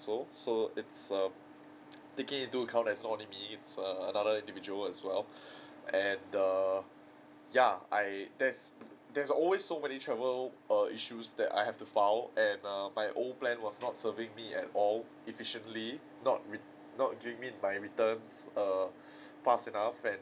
also so it's a taking into account that's not only me err another individual as well and err ya I there's there's always so many travel err issues that I have to filed and err my old plan was not serving me at all efficiently not not giving me my returns err fast enough and